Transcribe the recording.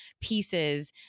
pieces